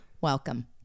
Welcome